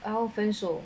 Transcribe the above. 然后分手